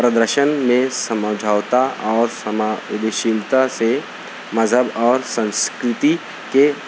پردرشن میں سمجھوتہ اور سماشیلتا سے مذہب اور سنسکرتی کے